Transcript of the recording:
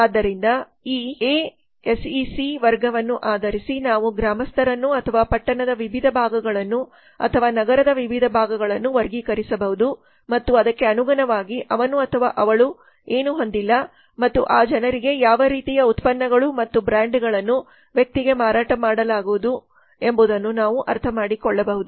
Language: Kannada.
ಆದ್ದರಿಂದ ಈ ಎಸ್ಇಸಿ ವರ್ಗವನ್ನು ಆಧರಿಸಿ ನಾವು ಗ್ರಾಮಸ್ಥರನ್ನು ಅಥವಾ ಪಟ್ಟಣದ ವಿವಿಧ ಭಾಗಗಳನ್ನು ಅಥವಾ ನಗರದ ವಿವಿಧ ಭಾಗಗಳನ್ನು ವರ್ಗೀಕರಿಸಬಹುದು ಮತ್ತು ಅದಕ್ಕೆ ಅನುಗುಣವಾಗಿ ಅವನು ಅಥವಾ ಅವಳು ಏನು ಹೊಂದಿಲ್ಲ ಮತ್ತು ಆ ಜನರಿಗೆ ಯಾವ ರೀತಿಯ ಉತ್ಪನ್ನಗಳು ಮತ್ತು ಬ್ರಾಂಡ್ಗಳನ್ನು ವ್ಯಕ್ತಿಗೆ ಮಾರಾಟ ಮಾಡಲಾಗುವುದು ಅಥವಾ ಮಾರಾಟ ಮಾಡಲಾಗುವುದು ಎಂಬುದನ್ನು ನಾವು ಅರ್ಥಮಾಡಿಕೊಳ್ಳಬಹುದು